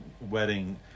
wedding